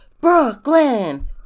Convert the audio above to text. Brooklyn